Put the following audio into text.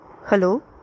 Hello